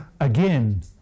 again